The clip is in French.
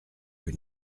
que